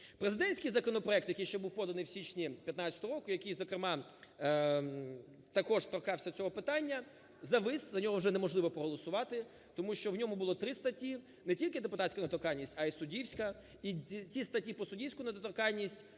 Президентський законопроект, який ще був поданий в січні 15-го року, який, зокрема, також торкався цього питання, завис, за нього вже неможливо проголосувати, тому що в ньому було три статті, не тільки депутатська недоторканність, а і суддівська, і ті статті про суддівську недоторканність